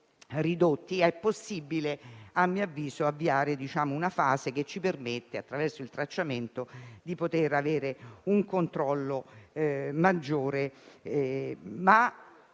ridotti, è possibile a mio avviso avviare una fase che ci permetta, attraverso il tracciamento, di avere un controllo maggiore.